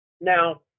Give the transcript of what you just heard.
Now